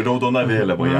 raudona vėliava